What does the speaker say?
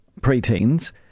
preteens